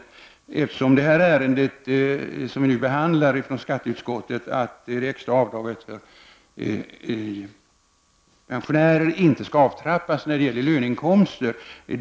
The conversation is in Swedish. Det extra avdraget för pensionärer, som behandlas i detta ärende från skatteutskottet, skall inte avtrappas när det gäller löneinkomster.